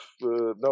no